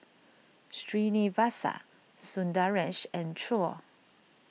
Srinivasa Sundaresh and Choor